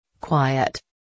Quiet